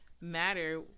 matter